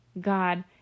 God